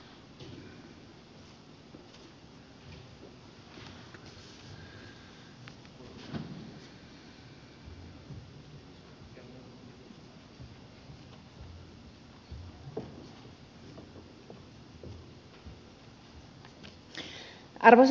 arvoisa puhemies